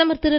பிரதமர் திரு